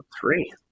three